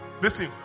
listen